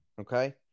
Okay